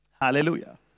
Hallelujah